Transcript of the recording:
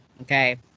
okay